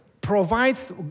provides